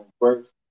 first